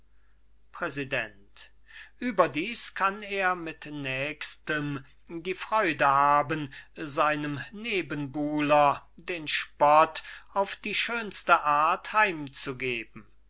präsident überdies kann er mit nächstem die freude haben seinem nebenbuhler den spott auf die schönste art